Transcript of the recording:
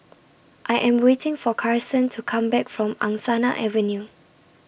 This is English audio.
I Am waiting For Carson to Come Back from Angsana Avenue